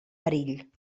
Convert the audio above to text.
perill